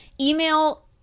email